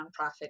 nonprofit